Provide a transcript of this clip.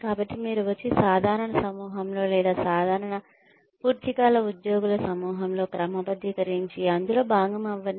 కాబట్టి మీరు వచ్చి సాధారణ సమూహంలో లేదా సాధారణ పూర్తికాల ఉద్యోగుల సమూహంలో క్రమబద్ధీకరించి అందులో భాగం అవ్వండి